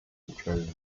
petroleum